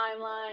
timeline